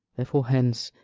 therefore hence,